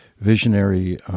visionary